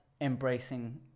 embracing